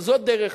גם זאת דרך